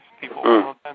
people